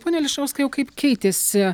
pone ališauskai o kaip keitėsi